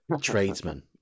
tradesman